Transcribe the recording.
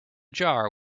jar